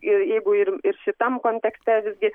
ir jeigu ir ir šitam kontekste visgi